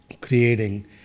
creating